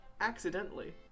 accidentally